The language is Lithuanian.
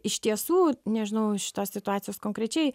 iš tiesų nežinau šitos situacijos konkrečiai